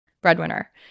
breadwinner